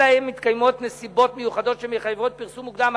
אלא אם מתקיימות נסיבות מיוחדות שמחייבות פרסום מוקדם.